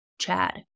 Chad